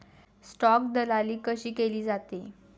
Stock दलाली कशी केली जाते?